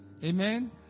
Amen